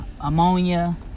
ammonia